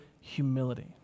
humility